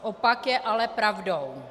Opak je ale pravdou.